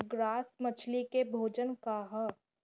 Grass मछली के भोजन का ह?